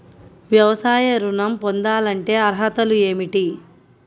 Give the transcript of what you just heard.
వ్యవసాయ ఋణం పొందాలంటే అర్హతలు ఏమిటి?